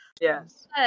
Yes